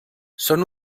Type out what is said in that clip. són